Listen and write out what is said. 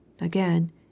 again